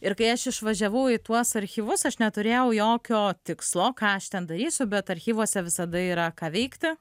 ir kai aš išvažiavau į tuos archyvus aš neturėjau jokio tikslo ką aš ten darysiu bet archyvuose visada yra ką veikti